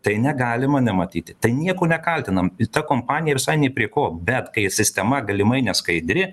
tai negalima nematyti tai nieko nekaltinam ta kompanija visai nė prie ko bet kai sistema galimai neskaidri